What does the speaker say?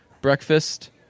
breakfast